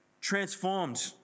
transformed